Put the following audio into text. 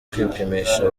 kwipimisha